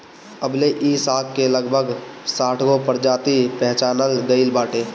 अबले इ साग के लगभग साठगो प्रजाति पहचानल गइल बाटे